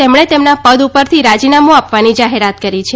તેમણે તેમના પદ ઉપરથી રાજીનામું આપવાની જાહેરાત કરી છે